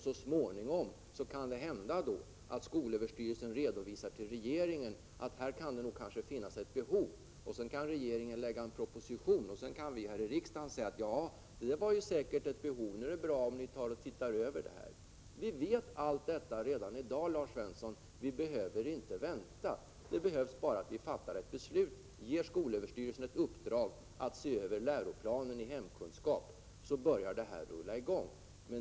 Så småningom kan det hända att skolöverstyrelsen redovisar till regeringen att det kan finnas ett behov, varefter regeringen lägger fram en proposition och vi här i riksdagen får säga att det säkert finns ett behov och att det är bra om frågan ses över. Vi vet allt detta redan i dag, Lars Svensson, och vi behöver inte vänta. Vi behöver bara fatta ett beslut om att ge skolöverstyrelsen i uppdrag att se över läroplanen i hemkunskap, och så börjar det rulla i gång.